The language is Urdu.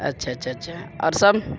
اچّھا اچّھا اچّھا اور سب